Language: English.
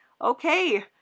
okay